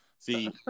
See